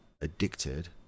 addicted